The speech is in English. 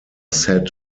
set